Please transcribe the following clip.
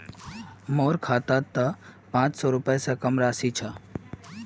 मोर खातात त पांच सौ रुपए स कम राशि छ